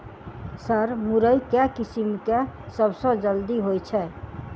Sir मुरई केँ किसिम केँ सबसँ जल्दी होइ छै?